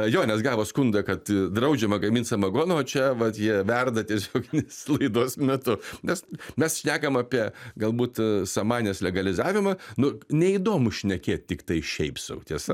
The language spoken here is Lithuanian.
jo nes gavo skundą kad draudžiama gamint samagoną o čia vat jie verda tiesioginės laidos metu nes mes šnekam apie galbūt samanės legalizavimą nu neįdomu šnekėt tiktai šiaip sau tiesa